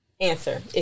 answer